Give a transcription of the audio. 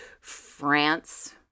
France